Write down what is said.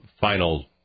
final